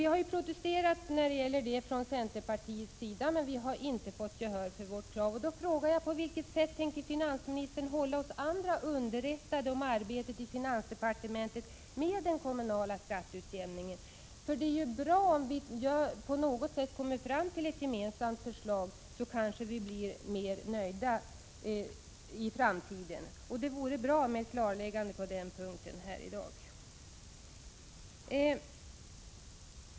Vi har protesterat mot detta från centerpartiets sida, men vi har inte fått gehör för våra krav. Jag vill därför fråga: På vilket sätt tänker finansministern hålla oss andra underrättade om arbetet med den kommunala skatteutjämningen i finansdepartementet? Det är ju bra om vi på något sätt kommer fram till ett gemensamt förslag. Då kanske vi blir nöjdare i framtiden. Det vore bra med ett klarläggande på den punkten här i dag.